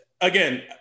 again